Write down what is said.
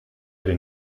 den